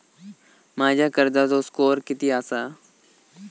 माझ्या कर्जाचो स्कोअर किती आसा?